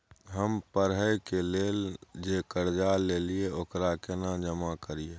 हम पढ़े के लेल जे कर्जा ललिये ओकरा केना जमा करिए?